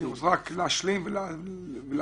רק רציתי להשלים ולהבהיר,